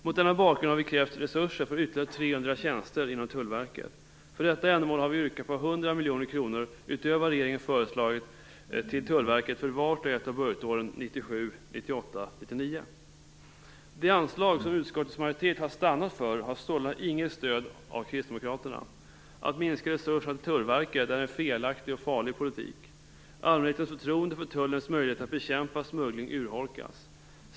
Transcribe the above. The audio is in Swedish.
Mot denna bakgrund har vi krävt resurser för ytterligare 300 tjänster inom Tullverket. För detta ändamål har vi yrkat att 100 miljoner kronor utöver vad regeringen föreslagit avsätts till Tullverket för vart och ett av budgetåren 1997, 1998 och 1999. De anslag som utskottets majoritet har stannat för har sålunda inget stöd av Kristdemokraterna. Att minska resurserna till Tullverket är en felaktigt och farlig politik. Allmänhetens förtroende för tullens möjligheter att bekämpa smuggling urholkas.